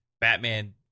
Batman